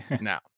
now